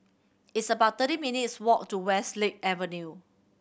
it's about thirty minutes' walk to Westlake Avenue